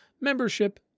membership